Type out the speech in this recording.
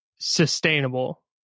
sustainable